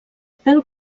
pèl